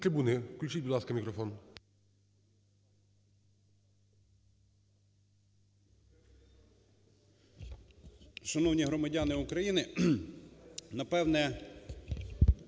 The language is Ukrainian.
Шановні громадяни України, напевно,